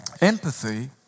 Empathy